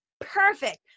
Perfect